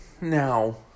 Now